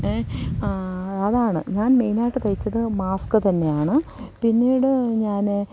A അതാണ് ഞാൻ main ആയിട്ട് തയ്ച്ചതു മാസ്ക് തന്നെയാണ് പിന്നീട് ഞാൻ